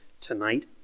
tonight